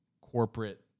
corporate